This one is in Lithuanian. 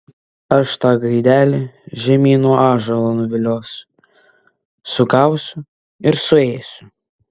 aš tą gaidelį žemyn nuo ąžuolo nuviliosiu sugausiu ir suėsiu